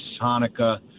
hanukkah